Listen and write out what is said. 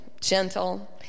gentle